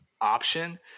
option